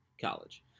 college